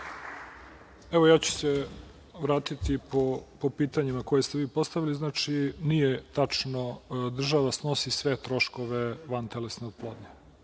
Vratiću se po pitanjima koja ste postavili. Znači, nije tačno, država snosi sve troškove vantelesne oplodnje.